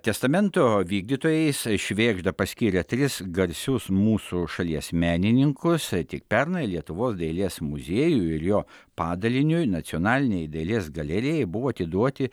testamento vykdytojais švėgžda paskyrė tris garsius mūsų šalies menininkus tik pernai lietuvos dailės muziejui ir jo padaliniui nacionalinei dailės galerijai buvo atiduoti